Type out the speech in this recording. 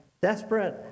desperate